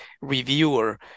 reviewer